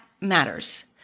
matters